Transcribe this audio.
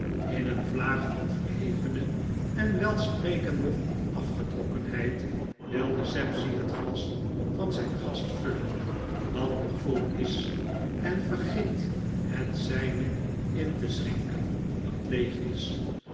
in een vlaag van verhevene en welsprekende afgetrokkenheid wil sapsea het glas van zyn gast vullen dat nog vol is en vergeet het zyne in te schenken dat leegis het